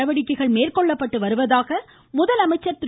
நடவடிக்கைகள் மேற்கொள்ளப்படுவதாக முதலமைச்சர் திரு